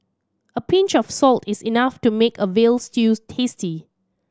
a pinch of salt is enough to make a veal stews tasty